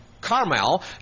Carmel